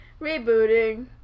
rebooting